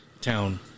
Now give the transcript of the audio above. town